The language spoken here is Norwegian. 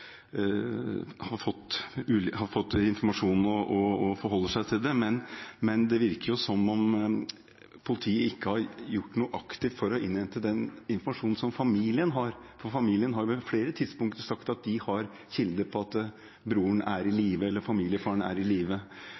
har fått informasjonen og forholder seg til det. Men det virker som om politiet ikke har gjort noe aktivt for å innhente den informasjonen som familien har, for familien har på flere tidspunkter sagt at de har kilder på at broren, eller familiefaren, er i live. De har nå nylig, som jeg refererte til i